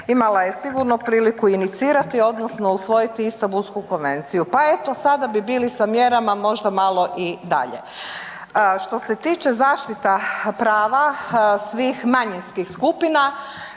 imala je sigurno priliku inicirati odnosno usvojiti Istambulsku konvenciju pa eto sada bi bili sa mjerama možda malo i dalje. Što se tiče zaštita prava svih manjinskih skupina